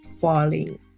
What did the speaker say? falling